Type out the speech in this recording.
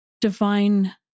divine